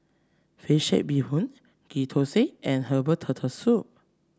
fish head Bee Hoon Ghee Thosai and Herbal Turtle Soup